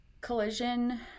collision